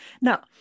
Now